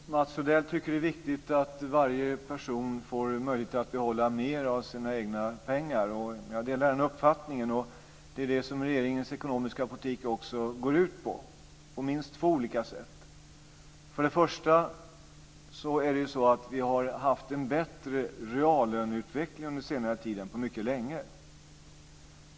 Herr talman! Mats Odell tycker att det är viktigt att varje person får möjlighet att behålla mer av sina egna pengar. Jag delar den uppfattningen. Det är det som regeringens ekonomiska politik går ut på, på minst två olika sätt. Det första är att vi har haft en bättre reallöneutveckling under senare tid än på mycket länge.